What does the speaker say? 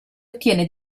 ottiene